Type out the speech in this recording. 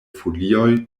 folioj